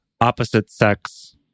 opposite-sex